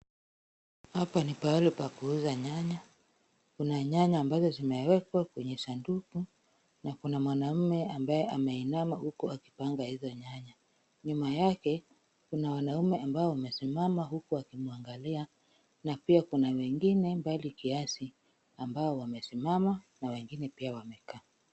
Hapa ni pahali pa kuuza nyanya. Kuna nyanya ambazo zimewekwa kwenye sanduku, na kuna mwanaume ambaye ameinama huku akipanga hizo nyanya. Nyuma yake kuna wanaume ambao wamesimama huku wakimwangalia, na pia kuna wengine mbali kiasi ambao wamesimama na wengine wamekaa.